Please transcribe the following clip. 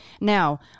now